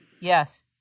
Yes